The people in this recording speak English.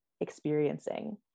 experiencing